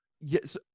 yes